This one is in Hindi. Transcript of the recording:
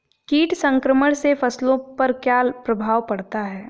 कीट संक्रमण से फसलों पर क्या प्रभाव पड़ता है?